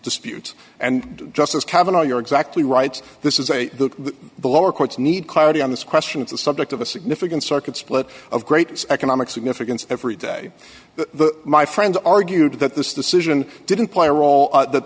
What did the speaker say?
disputes and justice kavanagh you're exactly right this is a the the lower courts need clarity on this question of the subject of a significant circuit split of great economic significance every day the my friends argued that this decision didn't play a role that